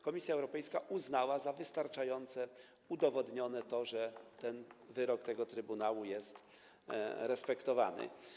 Komisja Europejska uznała za wystarczające, udowodnione to, że ten wyrok trybunału jest respektowany.